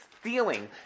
stealing